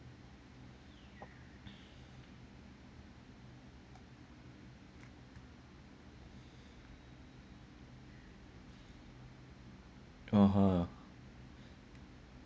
(uh huh)